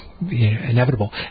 inevitable